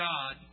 God